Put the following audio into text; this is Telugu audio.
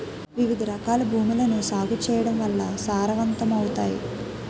వివిధరకాల భూములను సాగు చేయడం వల్ల సారవంతమవుతాయి